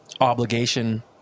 obligation